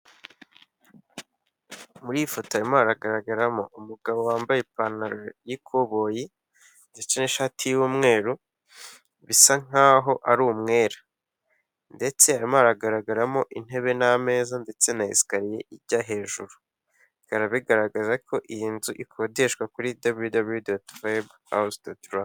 Muri iyi foto harimo haragaragaramo umugabo wambaye ipantaro y'ikoboyi ndetse n'ishati y'umweru bisa nkaho ari umwera, ndetse harimo hragaragaramo intebe n'ameza ndetse na esikariye ijya hejuru, bikaba bigaragara ko iyi nzu ikodeshwa kuri daburiyu, daburiyu, daburiyu doti vebu hawuzi doti rwa.